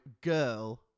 girl